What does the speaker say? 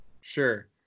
Sure